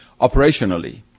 operationally